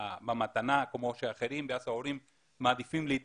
במתנה כמו האחרים ואז ההורים מעדיפים להתנתק.